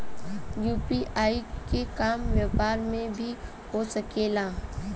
UPI के काम व्यापार में भी हो सके ला?